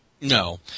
No